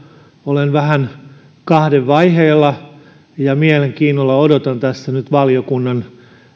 olen vähän kahden vaiheilla ja mielenkiinnolla odotan tässä nyt valiokunnan